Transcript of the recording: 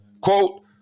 Quote